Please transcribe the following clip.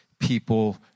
people